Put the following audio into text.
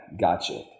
Gotcha